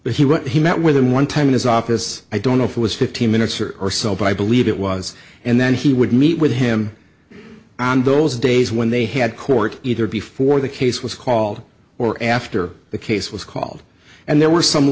went he met with him one time in his office i don't know if it was fifteen minutes or or so but i believe it was and then he would meet with him on those days when they had court either before the case was called or after the case was called and there were some